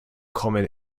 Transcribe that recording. kommen